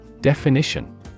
Definition